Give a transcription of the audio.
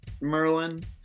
Merlin